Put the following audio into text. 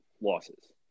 losses